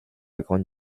grande